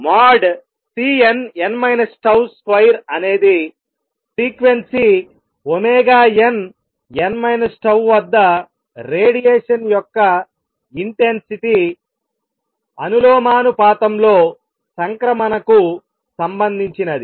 |Cnn τ |2 అనేది frequency nn τ వద్ద radiation యొక్క ఇంటెన్సిటీ అనులోమానుపాతంలో సంక్రమణకు సంబంధించినది